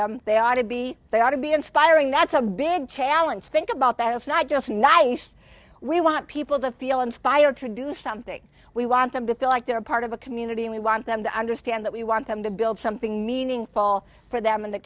them they are to be they ought to be inspiring that's a big challenge think about that it's not just nice we want people to feel inspired to do something we want them to feel like they're part of a community and we want them to understand that we want them to build something meaningful for them